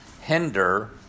hinder